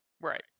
Right